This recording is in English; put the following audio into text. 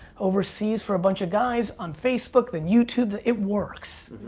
overseas for a bunch of guys, on facebook, then youtube, it works.